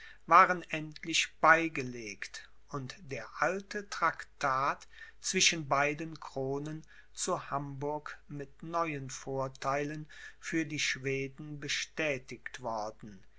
waren endlich beigelegt und der alte traktat zwischen beiden kronen zu hamburg mit neuen vortheilen für die schweden bestätigt worden